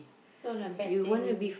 not like bad thing